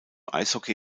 eishockey